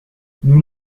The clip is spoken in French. nous